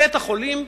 בית-החולים,